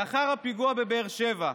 לאחר הפיגוע בבאר שבע,